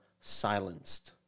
silenced